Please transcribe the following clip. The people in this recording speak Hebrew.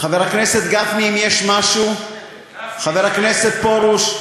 חבר הכנסת גפני, אם יש משהו, חבר הכנסת פרוש,